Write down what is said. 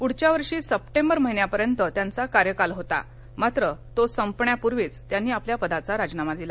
पृढच्या वर्षी सप्टेंबर महिन्यापर्यंत त्यांचा कार्यकाल होता मात्र तो संपण्यापूर्वीच त्यांनी आपल्या पदाचा राजीनामा दिला